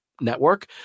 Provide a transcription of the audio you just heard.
network